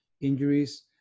injuries